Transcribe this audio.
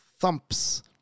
thumps